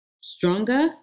Stronger